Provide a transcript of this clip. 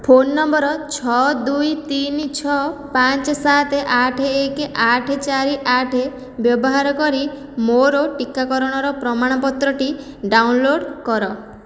phone number ଛଅ ଦୁଇ ତିନି ଛଅ ପାଞ୍ଚ ସାତ ଆଠ ଏକ ଆଠ ଚାରି ଆଠ ବ୍ୟବହାର କରି ମୋର ଟିକାକରଣର ପ୍ରମାଣପତ୍ରଟି ଡାଉନଲୋଡ଼୍ କର